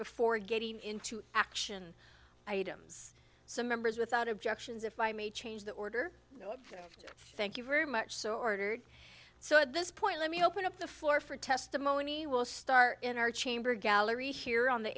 before getting into action items so members without objections if i may change the order thank you very much so ordered so at this point let me open up the floor for testimony will start in our chamber gallery here on the